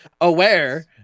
aware